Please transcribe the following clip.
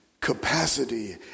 capacity